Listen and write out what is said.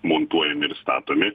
montuojami ir statomi